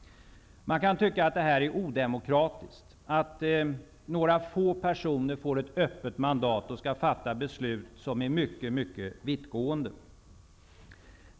Man kan tycka att det är odemokratiskt att några få personer får ett öppet mandat och skall fatta beslut som är mycket mycket vittgående.